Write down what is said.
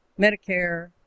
Medicare